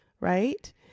right